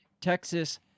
Texas